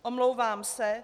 Omlouvám se.